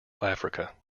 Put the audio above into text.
africa